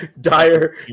dire